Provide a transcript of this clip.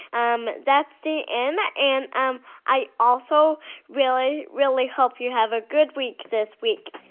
um that's the end. and um i also really, really hope you have a good week this week.